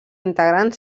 integrant